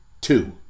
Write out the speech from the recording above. Two